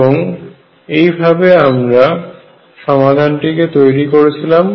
এবং এই ভাবে আমরা সমাধানটি কে তৈরি করেছিলাম